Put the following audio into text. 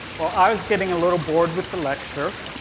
well, i was getting a little bored with the lecture,